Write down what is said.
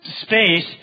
space